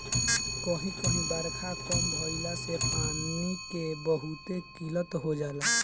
कही कही बारखा कम भईला से पानी के बहुते किल्लत हो जाला